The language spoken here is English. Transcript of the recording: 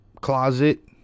closet